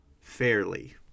fairly